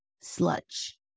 sludge